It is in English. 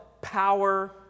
power